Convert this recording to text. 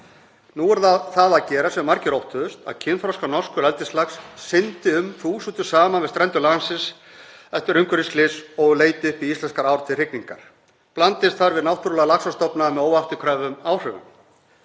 Nú er það að gerast sem margir óttuðust, að kynþroska norskur eldislax syndi um þúsundum saman við strendur landsins eftir umhverfisslys, leiti uppi íslenskar ár til hrygningar og blandist þar við náttúrulega laxastofna með óafturkræfum áhrifum,